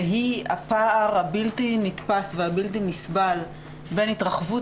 והיא הפער הבלתי נתפס והבלתי נסבל בין התרחבות